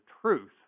truth